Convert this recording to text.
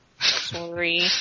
Sorry